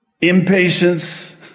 impatience